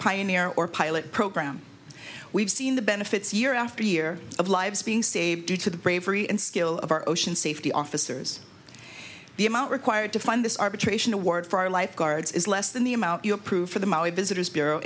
pioneer or pilot program we've seen the benefits year after year of lives being saved due to the bravery and skill of our ocean safety officers the amount required to fund this arbitration award for lifeguards is less than the amount you approve for the maui visitors bureau